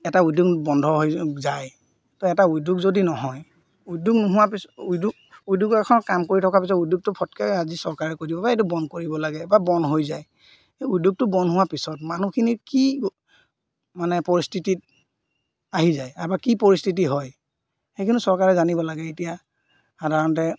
এটা উদ্যোগ বন্ধ হৈ যায় তো এটা উদ্যোগ যদি নহয় উদ্যোগ নোহোৱা পিছ উদ্যোগ উদ্যোগ এখন কাম কৰি থকাৰ পিছত উদ্যোগটো ফটকৈ আজি চৰকাৰে কৈ দিব এই এইটো বন্ধ কৰিব লাগে বা বন্ধ হৈ যায় সেই উদ্যোগটো বন্ধ হোৱাৰ পিছত মানুহখিনিৰ কি মানে পৰিস্থিতিত আহি যায় আৰু বা কি পৰিস্থিতি হয় সেইখিনি চৰকাৰে জানিব লাগে এতিয়া সাধাৰণতে